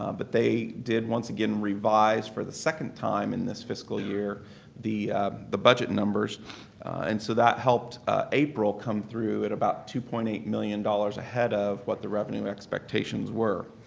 um but they did, once again, revise for the second time in this fiscal year the the budget numbers and so that helped april come through at about two point eight million dollars ahead of what the revenue expectations were.